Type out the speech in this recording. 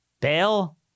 Bail